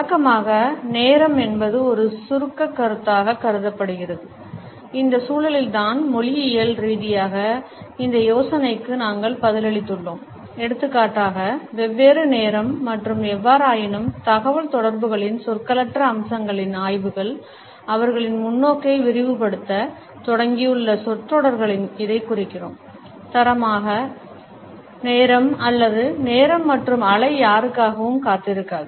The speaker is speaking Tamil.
வழக்கமாக நேரம் என்பது ஒரு சுருக்கக் கருத்தாகக் கருதப்படுகிறது இந்தச் சூழலில்தான் மொழியியல் ரீதியாக இந்த யோசனைக்கு நாங்கள் பதிலளித்துள்ளோம் எடுத்துக்காட்டாக வெவ்வேறு நேரம் மற்றும் எவ்வாறாயினும் தகவல்தொடர்புகளின் சொற்களற்ற அம்சங்களின் ஆய்வுகள் அவர்களின் முன்னோக்கை விரிவுபடுத்தத் தொடங்கியுள்ள சொற்றொடர்களில் இதைக் குறிக்கிறோம் தரமான நேரம் அல்லது நேரம் மற்றும் அலை யாருக்காகவும் காத்திருக்காது